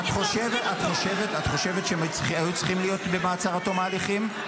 את חושבת שהם היו צריכים להיות במעצר עד תום ההליכים?